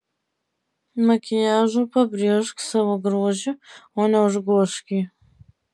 makiažu pabrėžk savo grožį o ne užgožk jį